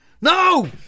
No